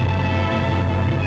yeah